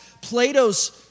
Plato's